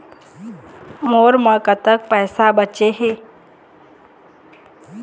मोर म कतक पैसा बचे हे?